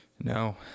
No